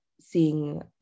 seeing